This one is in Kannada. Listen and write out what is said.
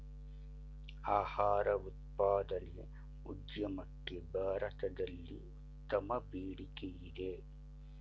ಆಹಾರ ಉತ್ಪಾದನೆ ಉದ್ಯಮಕ್ಕೆ ಭಾರತದಲ್ಲಿ ಉತ್ತಮ ಬೇಡಿಕೆಯಿದೆ